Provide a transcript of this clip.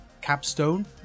capstone